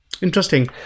Interesting